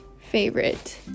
favorite